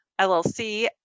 LLC